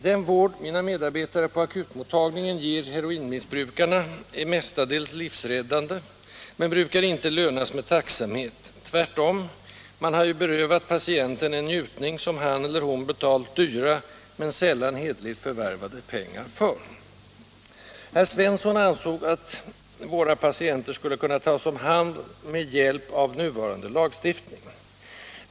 Den vård mina medarbetare på akutmottagningen ger heroinmissbrukarna är mestadels livsräddande, men den brukar inte lönas med tacksamhet. Tvärtom — man har ju berövat patienten en njutning som han eller hon betalat dyra — men sällan hederligt förvärvade — pengar för. Herr Svensson ansåg att våra patienter skulle kunna tas om hand med hjälp av nuvarande lagstiftning.